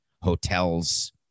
hotels